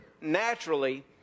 naturally